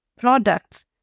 products